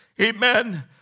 Amen